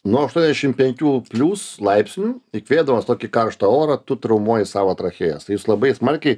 nuo aštuoniasdešimt penkių plius laipsniu įkvėpdamas tokį karštą orą tu traumuoji savo trachėjas tai jūs labai smarkiai